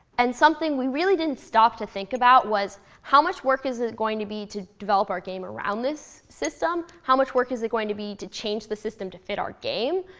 and something we really didn't stop to think about was how much work is it going to be to develop our game around this system? how much work is it going to be to change the system to fit our game?